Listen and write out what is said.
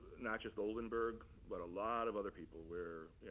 not just oldenburg, but a lot of other people where